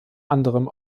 anderem